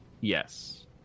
Yes